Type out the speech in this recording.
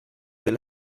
will